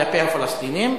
כלפי הפלסטינים,